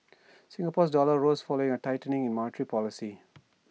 Singapore's dollar rose following A tightening in monetary policy